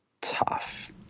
tough